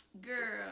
girl